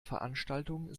veranstaltung